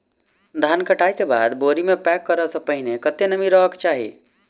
धान कटाई केँ बाद बोरी मे पैक करऽ सँ पहिने कत्ते नमी रहक चाहि?